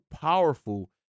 powerful